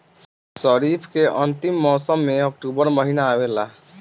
खरीफ़ के अंतिम मौसम में अक्टूबर महीना आवेला?